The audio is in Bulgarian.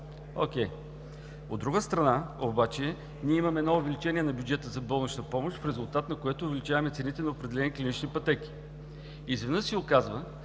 окей. От друга страна обаче, ние имаме едно увеличение на бюджета за болнична помощ, в резултат на което увеличаваме цените на определени клинични пътеки. Изведнъж се оказва,